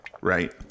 Right